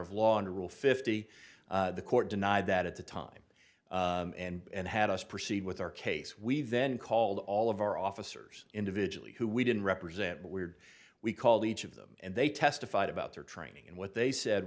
of law and a rule fifty the court denied that at the time and had us proceed with our case we then called all of our officers individually who we didn't represent weird we called each of them and they testified about their training and what they said